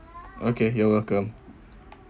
okay you're welcome